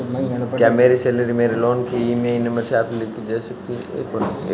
क्या मेरी सैलरी से मेरे लोंन की ई.एम.आई अपने आप ली जा सकती है?